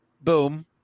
boom